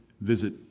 visit